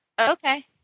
Okay